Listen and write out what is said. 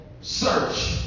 Search